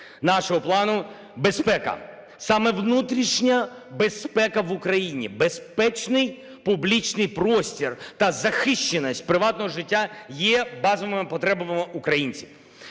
нашого плану – "Безпека". Саме внутрішня безпека в Україні, безпечний публічний простір та захищеність приватного життя є базовими потребами українців.